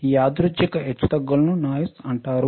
ఈ యాదృచ్ఛిక హెచ్చుతగ్గులను నాయిస్ అంటారు